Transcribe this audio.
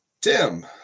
Tim